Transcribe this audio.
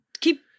Keep